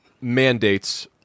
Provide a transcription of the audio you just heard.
mandates